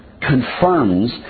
confirms